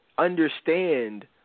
Understand